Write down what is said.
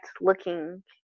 looking